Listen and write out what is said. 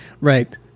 Right